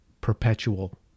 perpetual